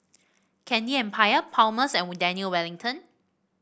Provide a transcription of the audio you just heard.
Candy Empire Palmer's and Daniel Wellington